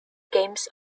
games